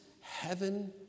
heaven